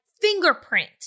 fingerprint